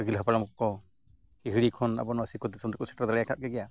ᱟᱹᱜᱤᱞ ᱦᱟᱯᱲᱟᱢ ᱠᱚᱠᱚ ᱯᱤᱲᱦᱤ ᱠᱷᱚᱱ ᱟᱵᱚ ᱱᱚᱣᱟ ᱥᱤᱠᱟᱹᱨ ᱫᱤᱥᱚᱢ ᱛᱮᱠᱚ ᱥᱮᱴᱮᱨ ᱫᱟᱲᱮᱭᱟᱠᱟᱜ ᱜᱮᱭᱟ